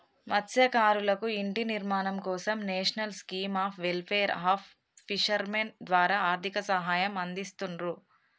మత్స్యకారులకు ఇంటి నిర్మాణం కోసం national scheme of welfare of fishermen ద్వారా ఆర్థిక సహాయం అందిస్తున్రు